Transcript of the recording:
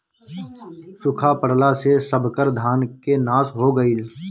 सुखा पड़ला से सबकर धान के नाश हो गईल